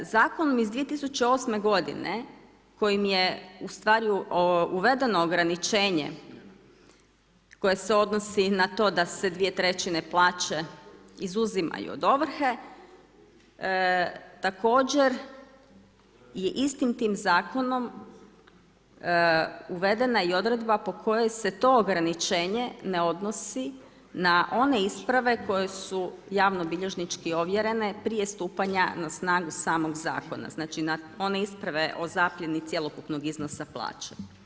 Zakon iz 2008. godine kojim je uvedeno ograničenje koje se odnosi na to da se dvije trećine plaće izuzimaju od ovrhe, također je istim tim zakonom uvedena i odredba po kojoj se to ograničenje ne odnosi na one isprave koje su javnobilježnički ovjerene prije stupanja na snagu samog zakona, znači na one isprave o zapljeni cjelokupnog iznosa plaće.